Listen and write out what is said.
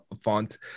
font